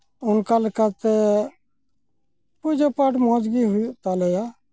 ᱚᱱᱠᱟ ᱞᱮᱠᱟᱛᱮ ᱯᱩᱡᱟᱹ ᱯᱟᱴᱷ ᱢᱚᱡᱽ ᱜᱮ ᱦᱩᱭᱩᱜ ᱛᱟᱞᱮᱭᱟ